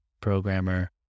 programmer